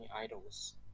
idols